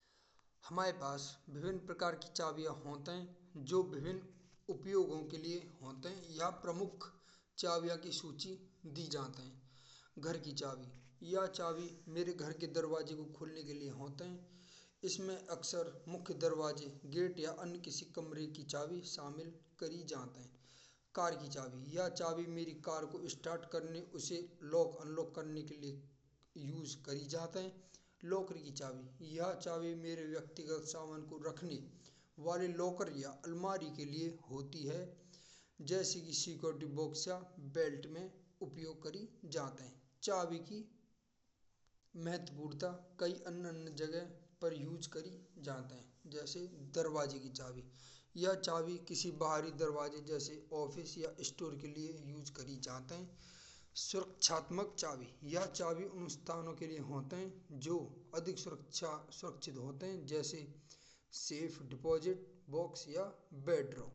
हमारे पास विभिन्न प्रकार की चाबियाँ होत हैं जो विभिन्न उपयोगों के लिए होत हैं। या प्रमुख चाबियों की सूची दी जात है। घर की चाबी यह चाबी मेरे घर के दरवाजे को खोलने के लिए होत है। इसमें अक्सर मुख्य दरवाजे गेट या अन्य किसी कमरे की चाबी शामिल करी जात है। कार की चाबी यह चाबी मेरी कार को स्टार्ट करने उसे लॉक अनलॉक करने के लिए उपयोग करी जात है। लॉकर की चाबी यह चाबी मेरी व्यक्तिगत सामान को रखने वाले लॉकर या अलमारी के लिए होती है। जैसी सेक्योरिटी बॉक्स सा बेल्ट में उपयोग करी जात है। चाबी की महत्वता कई अन्य अन्य जगह पर उपयोग करी जात । जैसे दरवाजे की चाबी यह चाबी किसी भारी दरवाजे जैसे ऑफिस या स्टोर के लिए उपयोग की जात है। सुरक्षित चाबी यह चाबी उन स्थानों के लिए होत है। जो अधिक सुरक्षा सुरक्षित होत हैं जैसे सेफ डिपॉजिट बॉक्स या बेडरूम।